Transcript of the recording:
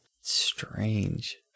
Strange